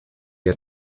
had